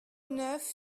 neuf